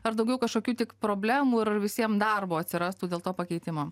ar daugiau kažkokių tik problemų ir visiem darbo atsirastų dėl to pakeitimo